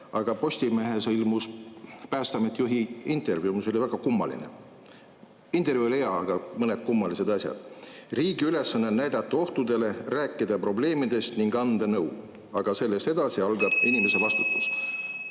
Aga Postimehes ilmus Päästeameti juhi intervjuu, mis oli väga kummaline. Intervjuu oli hea, aga mõned kummalised asjad: riigi ülesanne on näidata ohtudele, rääkida probleemidest ning anda nõu, aga sellest edasi algab inimese vastutus.